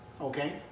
okay